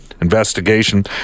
investigation